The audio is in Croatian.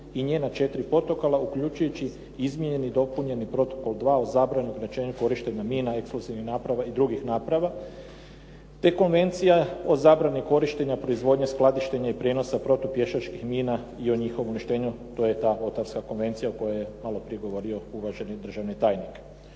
se ne razumije./... uključujući izmijenjeni i dopunjeni Protokol II o zabrani i ograničenju korištenja mina, eksplozivnih naprava i drugih naprava te Konvencija o zabrani korištenja, proizvodnje, skladištenja i prijenosa protupješačkih mina i o njihovu uništenju, to je ta ottawska konvencija o kojoj je malo prije govorio uvaženi državni tajnik.